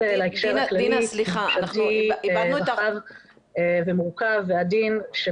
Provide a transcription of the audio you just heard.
להקשר הכללי שהוא רחב ומורכב ועדין,